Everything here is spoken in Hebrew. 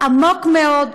עמוק מאוד,